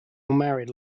married